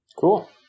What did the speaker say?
Cool